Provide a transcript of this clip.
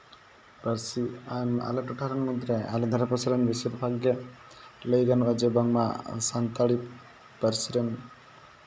ᱯᱟᱹᱨᱥᱤ ᱟᱞᱮ ᱴᱚᱴᱷᱟ ᱢᱩᱫᱽᱨᱮ ᱟᱞᱮ ᱫᱷᱟᱨᱮ ᱯᱟᱥᱮᱨᱮᱱ ᱵᱮᱥᱤᱨ ᱵᱷᱟᱜᱽ ᱜᱮ ᱞᱟᱹᱭ ᱜᱟᱱᱚᱜᱼᱟ ᱵᱟᱝᱢᱟ ᱥᱟᱱᱛᱟᱲᱤ ᱯᱟᱹᱨᱥᱤ ᱨᱮᱱ